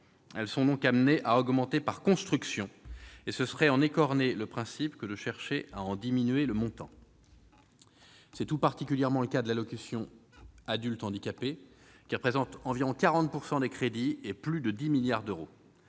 elles sont donc amenées à augmenter « par construction », et ce serait en écorner le principe que de chercher à en diminuer le montant. C'est tout particulièrement le cas de l'allocation aux adultes handicapés, qui représente environ 40 % des crédits et plus de 10 milliards d'euros.